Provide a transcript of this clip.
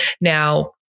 Now